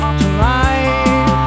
tonight